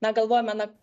na galvojame na